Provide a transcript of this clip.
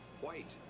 white